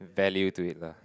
value to it lah